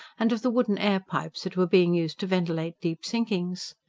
and of the wooden airpipes that were being used to ventilate deep-sinkings.